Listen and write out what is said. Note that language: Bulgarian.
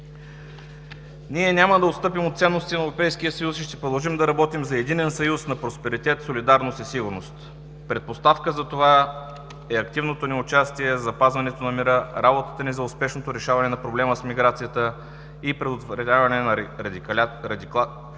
Ние няма да отстъпим от ценностите на Европейския съюз и ще продължим да работим за единен Съюз на просперитет, солидарност и сигурност. Предпоставка за това е активното ни участие в запазването на мира, работата ни за успешното решаване на проблема с миграцията и предотвратяване на радикализацията